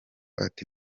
ati